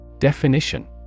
Definition